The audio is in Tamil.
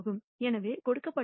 எனவே கொடுக்கப்பட்ட இந்த P 0